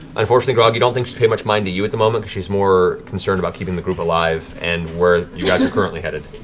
unfortunately, grog, you don't think she's paying much mind to you at the moment because she's more concerned about keeping the group alive and where you guys are currently headed.